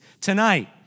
Tonight